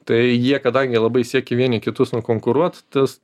tai jie kadangi labai siekė vieni kitus nukonkuruot tas